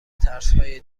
ترسهای